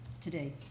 today